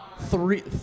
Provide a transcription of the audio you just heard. three